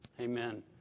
Amen